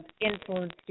influence